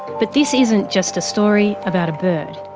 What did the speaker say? but this isn't just a story about a bird.